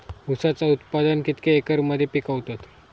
ऊसाचा उत्पादन कितक्या एकर मध्ये पिकवतत?